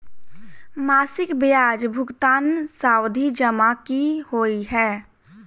मासिक ब्याज भुगतान सावधि जमा की होइ है?